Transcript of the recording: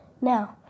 Now